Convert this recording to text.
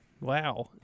Wow